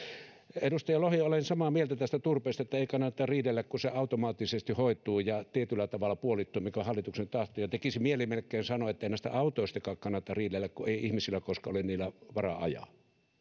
edustaja lohi olen samaa mieltä turpeesta että ei kannata riidellä kun se automaattisesti hoituu ja tietyllä tavalla puolittuu mikä on hallituksen tahto tekisi mieli melkein sanoa ettei näistä autoistakaan kannata riidellä kun ei ihmisillä kohta ole niillä varaa ajaa